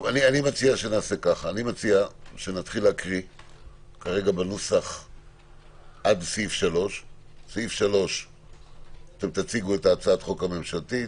אני מציע שנתחיל להקריא עד סעיף 3. סעיף 3 - תציגו את הצעת החוק הממשלתית,